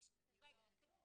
את זה אחר כך.